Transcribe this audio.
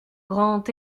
grand